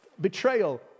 betrayal